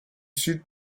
sud